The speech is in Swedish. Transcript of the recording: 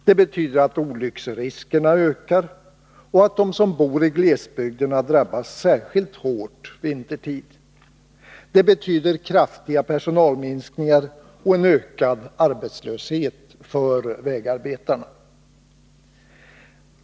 Det betyder att olycksriskerna ökar och att de som bor i glesbygder drabbas särskilt hårt vintertid. Det betyder kraftiga personalminskningar och en ökad arbetslöshet för vägarbetarna.